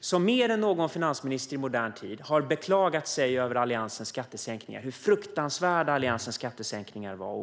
som mer än någon finansminister i modern tid har beklagat sig över hur fruktansvärda och hemska Alliansens skattesänkningar var.